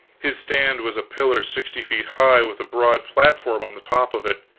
his stand was a pillar sixty feet high, with a broad platform on the top of it.